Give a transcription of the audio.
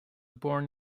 born